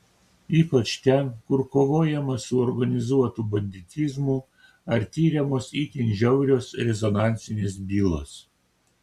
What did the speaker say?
ypač ten kur kovojama su organizuotu banditizmu ar tiriamos itin žiaurios rezonansinės bylos